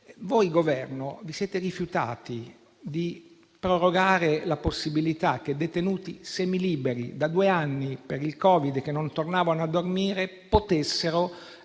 del Governo vi siete rifiutati di prorogare la possibilità che detenuti semiliberi, i quali da due anni per il Covid non tornavano a dormire in